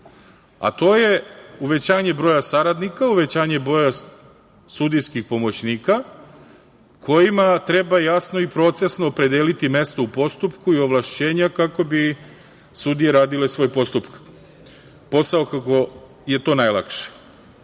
a to je uvećanje broja saradnika, uvećanje broja sudijskih pomoćnika, kojima treba jasno i procesno opredeliti mesto u postupku i ovlašćenja kako bi sudije radile svoj posao kako je to najlakše. Po